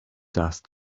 dust